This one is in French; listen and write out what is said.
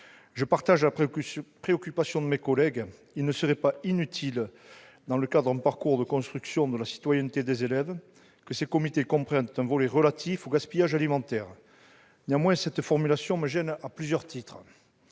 Je partage la préoccupation de mes collègues : il ne serait pas inutile, dans le cadre d'un parcours de construction de la citoyenneté des élèves, que ces comités comprennent un volet relatif au gaspillage alimentaire. Néanmoins, cette formulation me gêne à plusieurs titres.